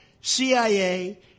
CIA